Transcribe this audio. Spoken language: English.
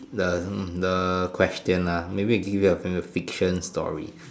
the hmm the question ah maybe we can give you a f~ fiction story